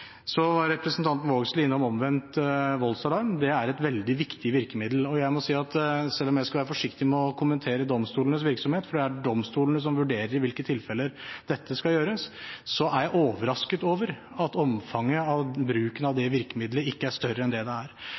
Så var representanten Vågslid innom omvendt voldsalarm. Det er et veldig viktig virkemiddel. Og selv om jeg skal være forsiktig med å kommentere domstolenes virksomhet – for det er domstolene som vurderer i hvilke tilfeller dette skal gjøres – er jeg overrasket over at omfanget av bruken av det virkemiddelet ikke er større enn det det er.